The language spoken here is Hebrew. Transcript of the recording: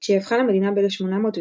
כשהיא הפכה למדינה ב-1817,